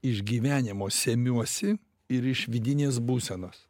iš gyvenimo semiuosi ir iš vidinės būsenos